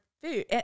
food –